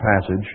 passage